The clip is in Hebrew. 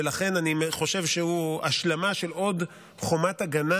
ולכן אני חושב שהוא השלמה של עוד חומת הגנה,